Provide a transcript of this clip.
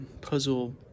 puzzle